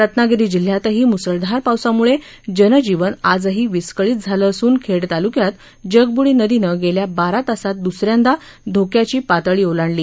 रत्नागिरी जिल्ह्यातही मुसळधार पावसामुळे जनजीवन आजही विस्कळीत झालं असून खेड तालुक्यात जगबुडी नदीनं गेल्या बारा तासात दुसऱ्यांदा घोक्याची पातळी ओलांडली